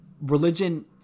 religion